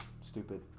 stupid